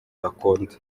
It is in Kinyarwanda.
bakunda